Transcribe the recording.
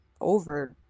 over